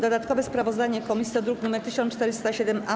Dodatkowe sprawozdanie komisji to druk nr 1407-A.